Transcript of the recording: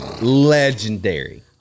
Legendary